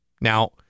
Now